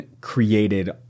created